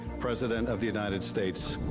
president of the united states.